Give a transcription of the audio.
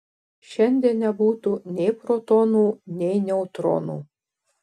šiandien nebūtų nei protonų nei neutronų